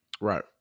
Right